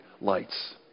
lights